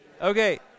Okay